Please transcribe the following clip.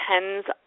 depends